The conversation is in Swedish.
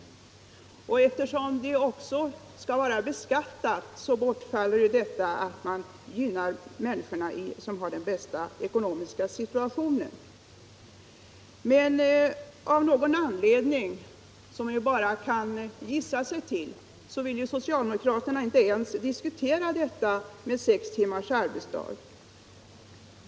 Och eftersom ersättningen också skall beskattas så bortfaller detta med att ersättningen gynnar människor med den bästa ekonomiska situationen. Av någon anledning som man bara kan gissa sig till vill socialdemokraterna inte ens diskutera förslaget om sex timmars arbetsdag.